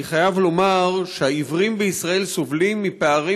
אני חייב לומר שהעיוורים בישראל סובלים מפערים